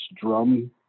drum